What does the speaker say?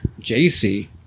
JC